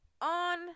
on